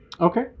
Okay